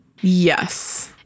Yes